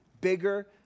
bigger